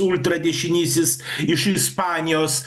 ultradešinysis iš ispanijos